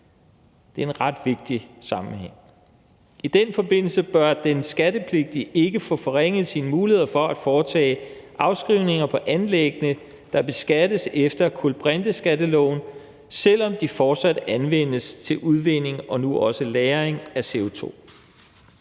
Det er en ret vigtig sammenhæng. I den forbindelse bør den skattepligtige ikke få forringet sine muligheder for at foretage afskrivninger på anlæggene, der beskattes efter kulbrinteskatteloven, selv om de fortsat anvendes til udvinding og nu også lagring af CO2.